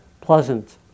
Pleasant